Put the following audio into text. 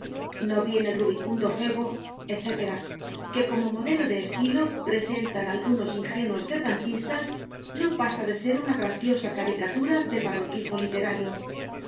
no bien el rubicundo febo etc que como modelo de estilo presentan algunos ingenuos cervantistas no pasa de ser una graciosa caricatura del barroquismo literario